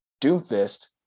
doomfist